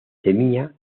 temía